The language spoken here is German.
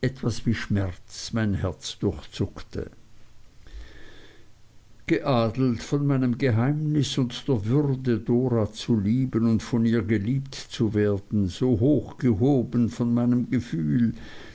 etwas wie schmerz mein herz durchzuckte geadelt von meinem geheimnis und der würde dora zu lieben und von ihr geliebt zu werden so hoch gehoben von meinem gefühl